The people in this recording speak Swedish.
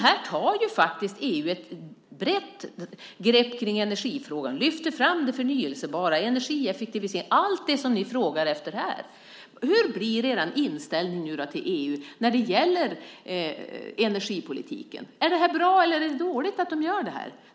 Här tar faktiskt EU ett brett grepp kring energifrågan och lyfter fram det förnybara och energieffektiviseringen - allt det som ni frågar efter. Hur blir er inställning till EU när det gäller energipolitiken? Är det bra eller är det dåligt att de gör detta?